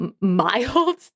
mild